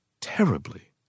terribly